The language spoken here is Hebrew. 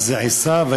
מה זה, עשיו?